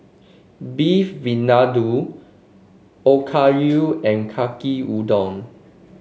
Beef Vindaloo Okayu and Yaki Udon